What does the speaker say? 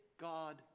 God